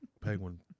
penguin